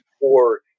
poor